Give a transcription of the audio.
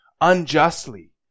unjustly